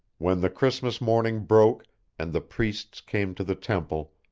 when the christmas morning broke and the priests came to the temple,